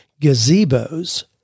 gazebos